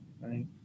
right